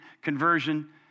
conversion